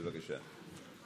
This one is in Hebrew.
בבקשה.